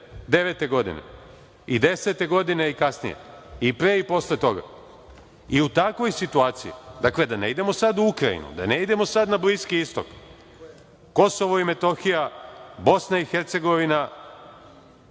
2009. godine i 2010. godine i kasnije, i pre i posle toga. I, u takvoj situaciji, dakle da ne idemo sada u Ukrajinu, da ne idemo sada na Bliski istok, Kosovo i Metohija, Bosna i Hercegovina,